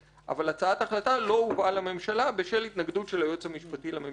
אבל הצעת החלטה לא הובאה לממשלה בשל התנגדות של היועץ המשפטי לממשלה.